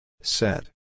Set